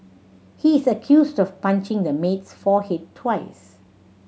he is accused of punching the maid's forehead twice